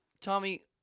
Tommy